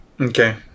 Okay